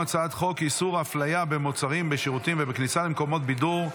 נגד החיילים ונגד משפחות החיילים.